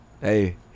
hey